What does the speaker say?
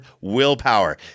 willpower